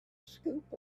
scoop